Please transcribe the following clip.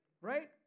Right